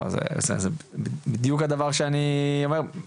זה בדיוק הדבר שאני אומר,